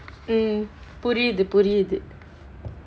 mm புரியிது புரியிது:puriyithu puriyithu